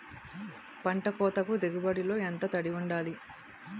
పంట కోతకు దిగుబడి లో ఎంత తడి వుండాలి?